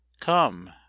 come